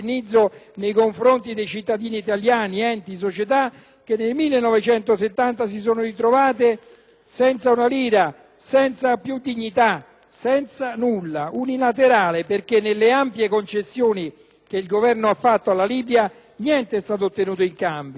senza una lira, senza dignità, senza nulla; è unilaterale perché rispetto alle ampie concessioni che il Governo ha fatto alla Libia niente è stato ottenuto in cambio. Certo, non è stato ottenuto l'obbligo del rispetto dei diritti umani dei migranti. Proprio per questo hanno